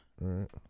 right